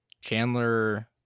Chandler